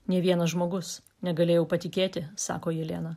nė vienas žmogus negalėjau patikėti sako jelena